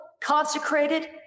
consecrated